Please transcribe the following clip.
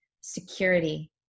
security